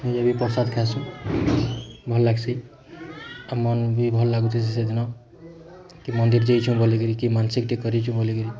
ନିଜେବି ପ୍ରସାଦ୍ ଖାଏସୁଁ ଭଲ୍ ଲାଗସି ଆଉ ମନ୍ ବି ଭଲ୍ ଲାଗୁଥିସି ସେଦିନ କି ମନ୍ଦିର୍ ଯେଇଛୁଁ ବୋଲିକିରି କି ମାନସିକ୍ଟେ କରିଛୁଁ ବୋଲିକିରି